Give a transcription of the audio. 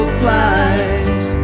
flies